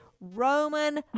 Roman